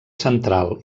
central